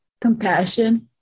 Compassion